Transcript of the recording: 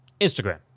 Instagram